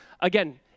Again